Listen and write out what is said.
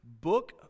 book